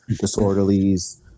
Disorderlies